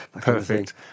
perfect